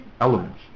elements